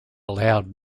loud